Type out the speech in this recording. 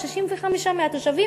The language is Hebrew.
65% מהתושבים,